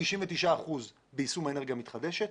99 אחוזים ביישום האנרגיה המתחדשת